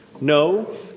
No